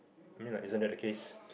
I mean like isn't that the case